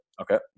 Okay